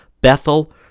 Bethel